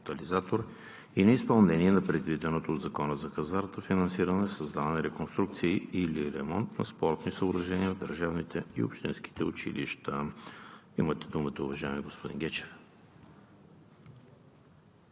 и неизпълнение на предвиденото от Закона за хазарта финансиране на създаване, реконструкция и/или ремонт на спортни съоръжения в държавните и общинските училища. Имате думата, уважаеми господин Гечев.